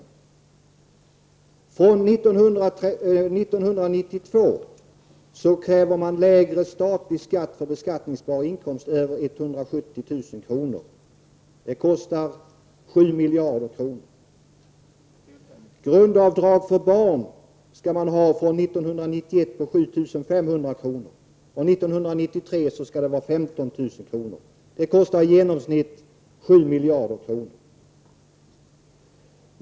Moderaterna kräver fr.o.m. 1992 lägre statlig skatt för beskattningsbara inkomster över 170 000 kr. Detta kostar 7 miljarder kronor. Från 1991 skall det finnas ett grundavdrag för barn på 7 500 kr., och 1993 skall detta grundavdrag vara på 15 000 kr. Detta kostar i genomsnitt 7 miljarder kronor.